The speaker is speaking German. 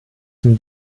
zum